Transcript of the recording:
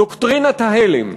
"דוקטרינת ההלם".